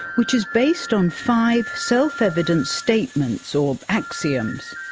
which is based on five self-evident statements or axioms.